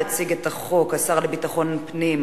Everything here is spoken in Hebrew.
יציג את החוק השר לביטחון פנים,